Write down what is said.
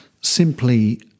simply